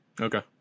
Okay